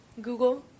google